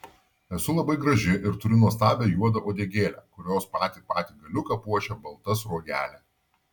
esu labai graži ir turiu nuostabią juodą uodegėlę kurios patį patį galiuką puošia balta sruogelė